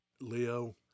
leo